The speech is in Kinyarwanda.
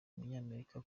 umunyamerika